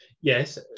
Yes